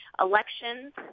Elections